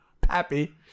Pappy